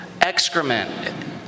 excrement